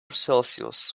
celsius